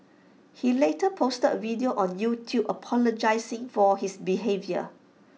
he later posted A video on YouTube apologising for his behaviour